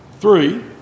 Three